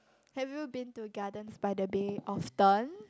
have you been to Gardens-by-the-Bay often